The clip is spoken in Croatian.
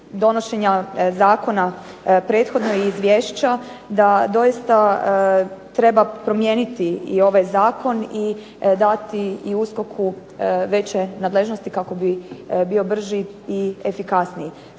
donošenja zakona prethodno i izvješća, da doista treba promijeniti i ovaj zakon i dati i USKOK-u veće nadležnosti kako bi bio brži i efikasniji.